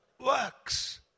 works